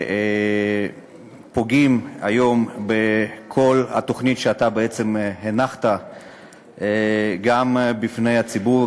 שפוגעים היום בכל התוכנית שאתה בעצם הנחת גם בפני הציבור,